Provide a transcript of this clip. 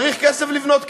צריך כסף לבנות כיתות.